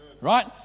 right